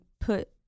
put